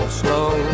slow